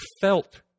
felt